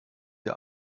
der